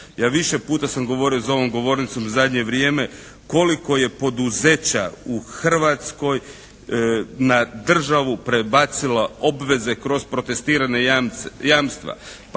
Ja više puta sam govorio za ovom govornicom u zadnje vrijeme koliko je poduzeća u Hrvatskoj na državu prebacilo obveze kroz protestirana jamstva.